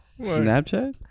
snapchat